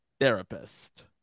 therapist